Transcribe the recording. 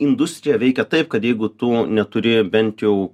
industrija veikia taip kad jeigu tu neturi bent jau